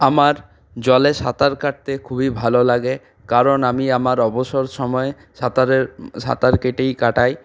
আমার জলে সাঁতার কাটতে খুবই ভালো লাগে কারণ আমি আমার অবসর সময়ে সাঁতারের সাঁতার কেটেই কাটাই